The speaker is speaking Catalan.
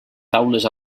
taules